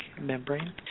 membrane